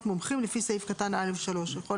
מומחים לפי סעיף קטן (א3)." עם מנכ"ל משרד הבריאות.